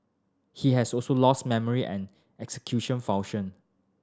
he has also lost memory and execution function